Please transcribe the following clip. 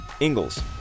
Ingalls